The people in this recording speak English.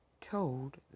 told